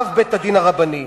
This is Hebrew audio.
אב בית-הדין הרבני.